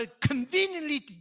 conveniently